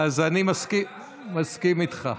אני מסכים איתך,